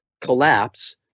collapse